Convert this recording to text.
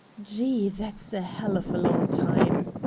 gee! that's a hell of a long time!